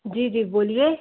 जी जी बोलिए